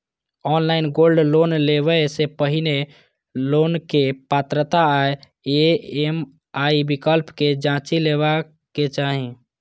online gold loan लेबय सं पहिने लोनक पात्रता आ ई.एम.आई विकल्प कें जांचि लेबाक चाही